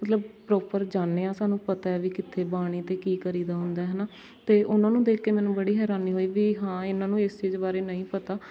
ਮਤਲਬ ਪਰੋਪਰ ਜਾਂਦੇ ਹਾਂ ਸਾਨੂੰ ਪਤਾ ਹੈ ਵੀ ਕਿੱਥੇ ਬਾਣੀ ਅਤੇ ਕੀ ਕਰੀਦਾ ਹੁੰਦਾ ਹੈ ਨਾ ਅਤੇ ਉਨ੍ਹਾਂ ਨੂੰ ਦੇਖ ਕੇ ਮੈਨੂੰ ਬੜੀ ਹੈਰਾਨੀ ਹੋਈ ਵੀ ਹਾਂ ਇਹਨਾਂ ਨੂੰ ਇਸ ਚੀਜ਼ ਬਾਰੇ ਨਹੀਂ ਪਤਾ